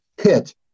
hit